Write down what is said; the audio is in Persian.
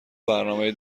برنامه